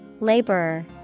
Laborer